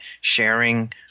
sharing